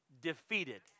defeated